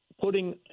putting